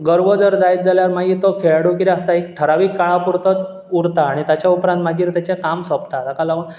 गर्व जर जायत जाल्यार मागीर तो खेळाडू कितें आसता एक ठरावीक काळा पुरतोच उरता आनी ताच्या उपरांत मागीर तेचें काम सोंपता ताका लागून